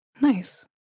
Nice